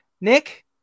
Nick